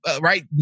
right